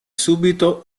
subito